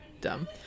dumb